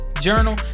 Journal